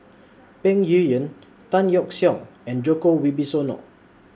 Peng Yuyun Tan Yeok Seong and Djoko Wibisono